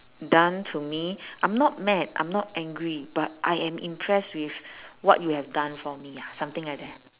done to me I'm not mad I'm not angry but I am impressed with what you have done for me ah something like that